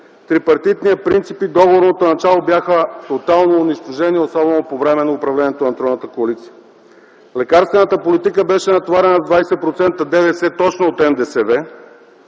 Трипартитният принцип и договорното начало бяха тотално унищожени, особено по време на управлението на тройната коалиция. Лекарствената политика беше натоварена с 20% ДДС точно от НДСВ